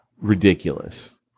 ridiculous